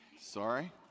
sorry